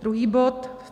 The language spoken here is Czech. Druhý bod.